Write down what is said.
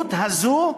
המדיניות הזאת,